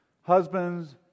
Husbands